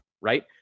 right